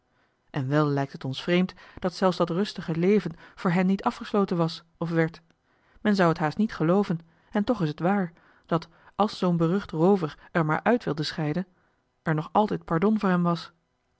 en wel lijkt het ons vreemd dat zelfs dat rustige leven voor hen niet afgesloten was of werd men zou het haast niet gelooven en toch is het waar dat als zoo'n berucht roover er maar uit wilde scheiden er nog altijd pardon voor hem was